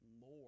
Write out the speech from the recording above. more